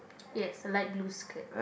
yes a light blue skirt